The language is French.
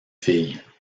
filles